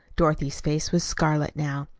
dorothy's face was scarlet now.